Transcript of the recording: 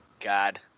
God